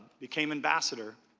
became ambassador,